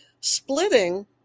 Splitting